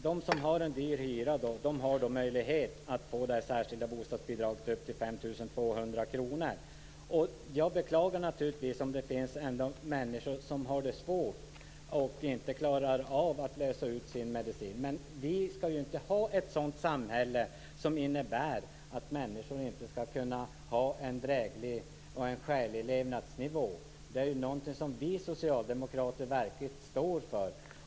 De som har en hög hyra har då möjlighet att få det särskilda bostadsbidraget upp till 5 200 kr. Jag beklagar naturligtvis om det finns människor som har det svårt och inte klarar av att lösa ut sin medicin. Vi skall inte ha ett sådant samhälle att människor inte har en skälig levnadsnivå. Det är någonting som vi socialdemokrater verkligen står för.